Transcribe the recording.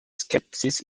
skepsis